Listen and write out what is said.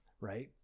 Right